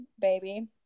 baby